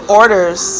orders